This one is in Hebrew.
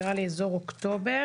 נראה לי אזור אוקטובר,